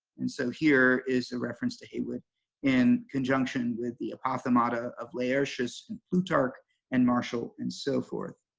and so here is the reference to heywood in conjunction with the apothemata of laertius and plutarch and marshall and so forth.